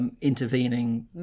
Intervening